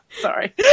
Sorry